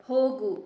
ಹೋಗು